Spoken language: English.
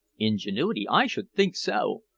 ingenuity! i should think so!